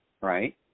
right